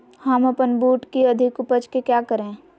हम अपन बूट की अधिक उपज के क्या करे?